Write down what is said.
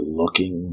looking